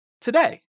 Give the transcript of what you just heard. today